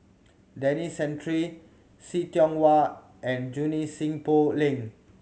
Denis Santry See Tiong Wah and Junie Sng Poh Leng